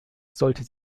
sollte